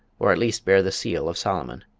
or at least bear the seal of solomon.